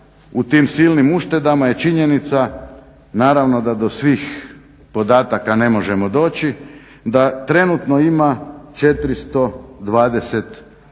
u tim silnim uštedama je činjenica naravno da do svih podataka ne možemo doći, da trenutno ima 421